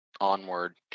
onward